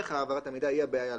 העברת המידע היא הבעיה,